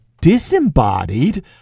disembodied